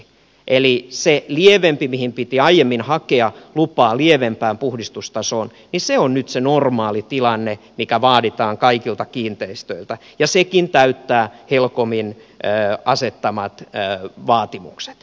eli se lievempi puhdistustaso mihin piti aiemmin hakea lupa on nyt se normaali tilanne mikä vaaditaan kaikilta kiinteistöiltä ja sekin täyttää helcomin asettamat vaatimukset